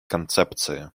концепции